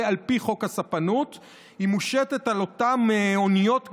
ועל פי חוק הספנות היא מושתת על אותן אוניות גדולות,